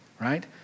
right